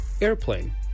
airplane